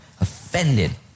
Offended